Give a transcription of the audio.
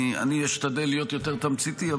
אני אשתדל להיות יותר תמציתי.